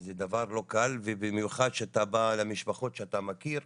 זה דבר לא קל ובמיוחד כשאתה בא למשפחות שאתה מכיר,